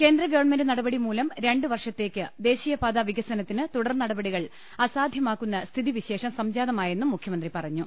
കേന്ദ്രഗവൺമെന്റ് നടപടി മൂലം രണ്ട് വർഷത്തേക്ക് ദേശീയപാതാ വികസനത്തിന് തുടർന ടപടികൾ അസാധ്യമാക്കുന്ന സ്ഥിതിവിശേഷ്ടം സംജാതമാ യെന്നും മുഖ്യമന്ത്രി പറഞ്ഞു